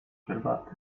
herbaty